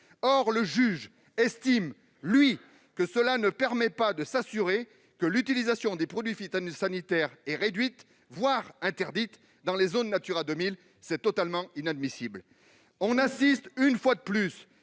Or le juge estime, quant à lui, que cette évaluation ne permet pas de s'assurer que l'utilisation des produits phytosanitaires est réduite, voire interdite dans les zones Natura 2000. C'est totalement inadmissible. On assiste, une fois de plus,